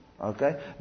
Okay